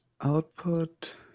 Output